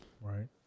Right